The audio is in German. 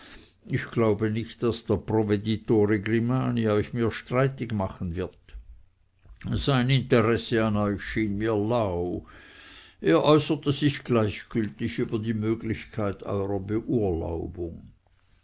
ich glaube nicht daß der provveditore grimani euch mir streitig machen wird sein interesse an euch schien mir lau er äußerte sich gleichgültig über die möglichkeit eurer beurlaubung